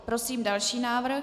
Prosím další návrh.